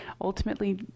ultimately